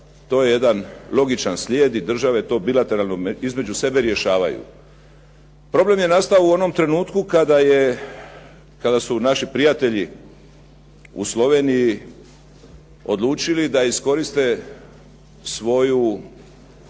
to je jedan logičan slijed i države to bilateralno između sebe rješavaju. Problem je nastao u onom trenutku kada su naši prijatelji u Sloveniji odlučili da iskoriste svoju